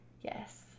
Yes